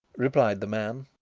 replied the man.